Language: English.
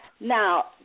Now